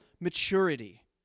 maturity